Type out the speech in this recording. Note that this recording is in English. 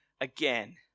again